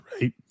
right